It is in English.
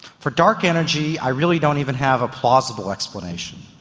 for dark energy i really don't even have a plausible explanation.